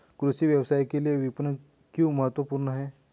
कृषि व्यवसाय के लिए विपणन क्यों महत्वपूर्ण है?